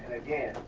again,